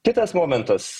kitas momentas